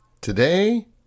Today